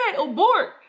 abort